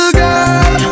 girl